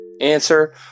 Answer